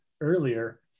earlier